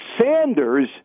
Sanders